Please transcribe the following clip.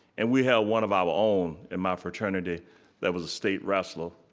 and we had one of our own in my fraternity that was a state wrestler,